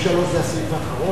סעיף 3, כהצעת הוועדה,